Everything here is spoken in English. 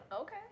Okay